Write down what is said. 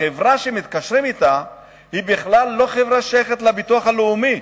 החברה שמתקשרים אתה היא בכלל לא חברה ששייכת לביטוח הלאומי,